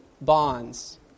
bonds